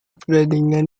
pertandingan